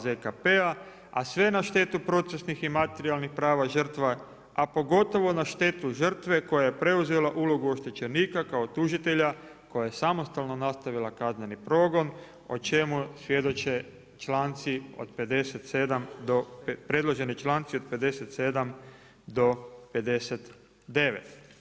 ZKP-a sve na štetu procesnih i materijalnih prava žrtva a pogotovo na štetu žrtve koja je preuzela ulogu oštećenika kao tužitelja koja je samostalno nastavila kazneni progon o čemu svjedoče članci od 57., predloženi članci od 57. do 59.